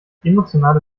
emotionale